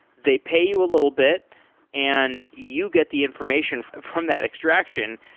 they pay you a little bit and you get the information from that extraction.